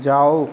जाओ